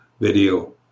video